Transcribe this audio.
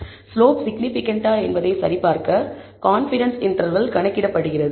slope சிக்னிபிகன்ட்டா என்பதை சரிபார்க்க கான்ஃபிடன்ஸ் இன்டர்வல் கணக்கிடப்படுகிறது